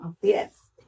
Yes